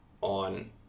on